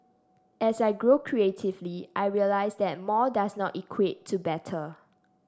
as I grow creatively I realise that more does not equate to better